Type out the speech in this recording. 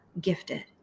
gifted